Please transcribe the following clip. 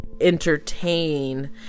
entertain